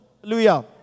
Hallelujah